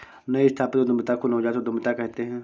नई स्थापित उद्यमिता को नवजात उद्दमिता कहते हैं